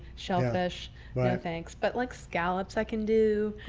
shellfish thanks. but like scallops, i can do